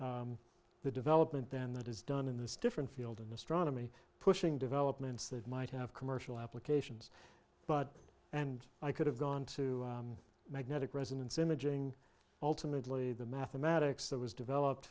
the development then that is done in this different field in astronomy pushing developments that might have commercial applications but and i could have gone to magnetic resonance imaging ultimately the mathematics that was developed